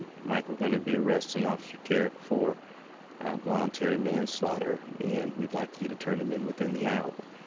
mike, we're going to be arresting officer kerrick for voluntary manslaughter. and we'd like you to turn him in within the hour.